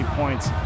points